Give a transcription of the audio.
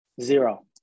zero